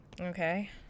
Okay